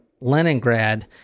Leningrad